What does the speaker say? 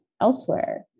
elsewhere